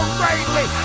greatly